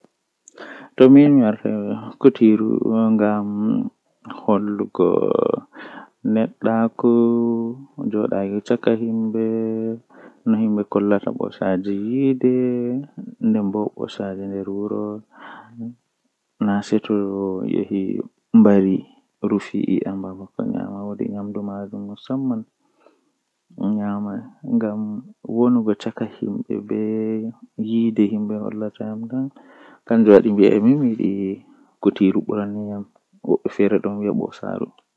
Mi wiyan mo min on waine kaza mi nodduki mi noddumaa mi heɓaaki ma mi tawi ma babal ma jei nyamuki jei kaza kaza miɗon renu ma haa ton